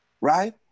right